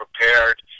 prepared